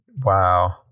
Wow